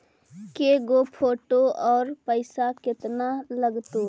के गो फोटो औ पैसा केतना लगतै?